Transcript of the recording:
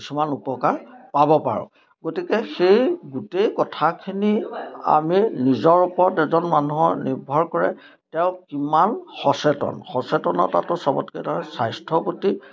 কিছুমান উপকাৰ পাব পাৰোঁ গতিকে সেই গোটেই কথাখিনি আমি নিজৰ ওপৰত এজন মানুহৰ নিৰ্ভৰ কৰে তেওঁ কিমান সচেতন সচেতনতাটো সবতকৈ ধৰক স্বাস্থ্যৰ প্ৰতি